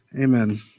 Amen